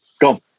Go